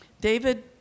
David